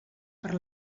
per